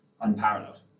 unparalleled